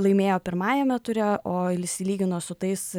laimėjo pirmajame ture o išsilygino su tais